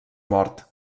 mort